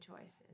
choices